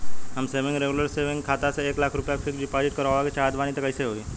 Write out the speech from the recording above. हम आपन regular saving खाता से एक लाख रुपया फिक्स डिपॉज़िट करवावे के चाहत बानी त कैसे होई?